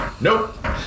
Nope